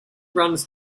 runs